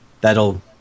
that'll